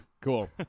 Cool